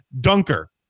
dunker